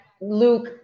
Luke